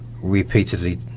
repeatedly